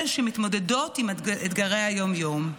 אלה שמתמודדות עם אתגרי היום-יום.